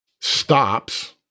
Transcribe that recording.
stops